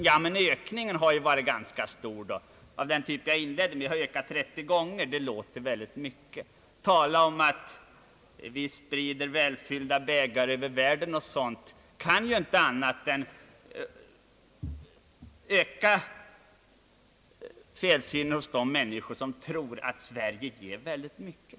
Ur den synpunkten är det olyckligt om vi säger att Sverige ger mycket; säger vi att vi svingar välfyllda bägare över världen kan det inte annat än öka felsynen hos de människor som tror att Sverige ger väldigt mycket.